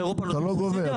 באירופה עושים סובסידיה?